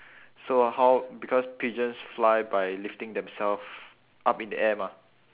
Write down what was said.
so how because pigeons fly by lifting themselves up in the air mah